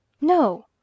No